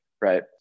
right